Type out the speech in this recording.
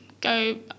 Go